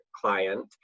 client